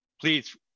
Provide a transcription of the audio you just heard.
please